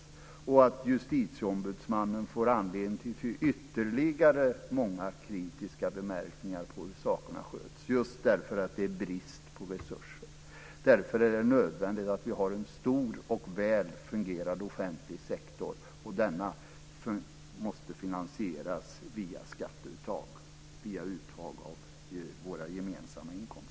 Dessutom får Justitieombudsmannen anledning till ytterligare många kritiska bemärkningar om hur sakerna sköts, just därför att det är brist på resurser. Därför är det nödvändigt att ha en stor och väl fungerande offentlig sektor, och denna måste finansieras via skatteuttag, via uttag från våra gemensamma inkomster.